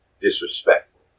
disrespectful